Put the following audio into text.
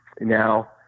Now